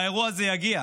והאירוע הזה יגיע,